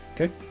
okay